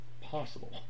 possible